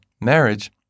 marriage